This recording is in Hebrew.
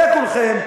וכולכם,